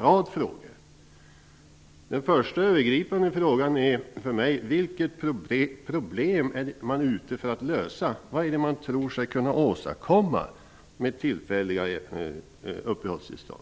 rad frågor. Den första, övergripande frågan för mig är: Vilket problem är man ute efter att lösa? Vad är det man tror sig kunna åstadkomma med tidsbegränsade uppehållstillstånd?